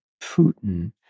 Putin